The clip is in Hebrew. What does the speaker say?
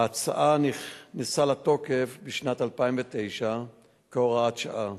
ההצעה נכנסה לתוקף בשנת 2009 כהוראת שעה,